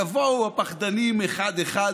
יבואו הפחדנים אחד-אחד,